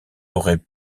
auraient